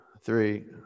three